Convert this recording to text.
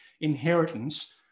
inheritance